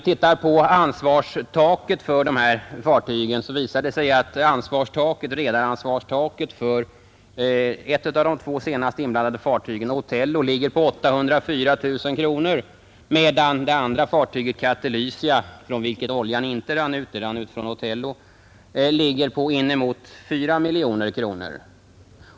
Redaransvarstaket för ett av de två senast inblandade fartygen, Otello, ligger på 804 000 kronor, medan det för det andra fartyget, Katelysia, från vilket oljan inte rann ut — den rann ut från Otello — ligger på närmare 4 miljoner kronor.